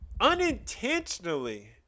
Unintentionally